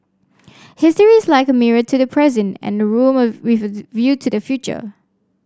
history is like a mirror to the present and a room of with view to the future